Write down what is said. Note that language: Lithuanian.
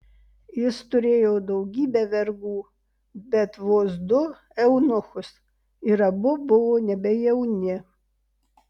jis turėjo daugybę vergų bet vos du eunuchus ir abu buvo nebe jauni